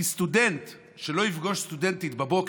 כי סטודנט שלא יפגוש סטודנטית בבוקר,